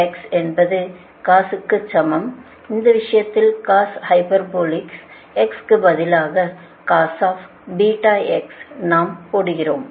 V என்பது cos க்கு சமம் இந்த விஷயத்தில் காஸ் ஹைபர்போலிக் x க்கு பதிலாக நாம் போடுகிறோம்